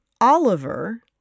Oliver